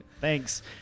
thanks